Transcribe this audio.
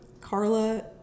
Carla